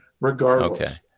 regardless